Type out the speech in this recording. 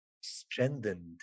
strengthened